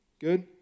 Good